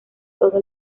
todo